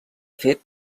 fet